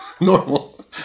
normal